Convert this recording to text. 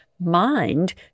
Mind